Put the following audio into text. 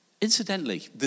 incidentally